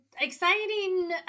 exciting